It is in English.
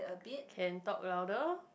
can talk louder